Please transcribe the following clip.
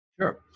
Sure